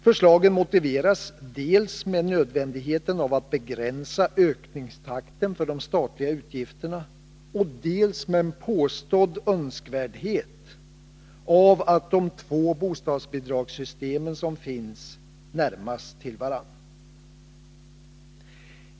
Förslagen motiveras dels med nödvändigheten av att begränsa ökningstakten för de statliga utgifterna, dels med en påstådd önskvärdhet av att de två bostadsbidragssystem som finns närmas till varandra.